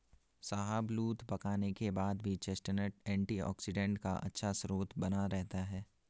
शाहबलूत पकाने के बाद भी चेस्टनट एंटीऑक्सीडेंट का अच्छा स्रोत बना रहता है